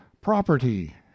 property